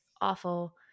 awful